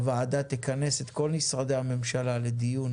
הוועדה תכנס את כל משרדי הממשלה לדיון